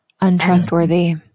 untrustworthy